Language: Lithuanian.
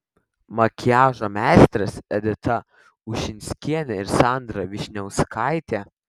makiažo meistrės edita ušinskienė ir sandra vyšniauskaitė